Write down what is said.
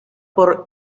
por